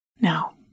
Now